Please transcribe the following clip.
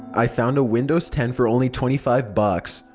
i found a windows ten for only twenty five bucks.